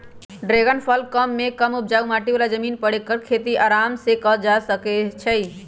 dragon फल कम मेघ कम उपजाऊ माटी बला जमीन पर ऐकर खेती अराम सेकएल जा सकै छइ